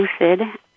lucid